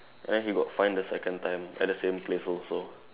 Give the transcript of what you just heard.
and then he got fined the second time at the same place also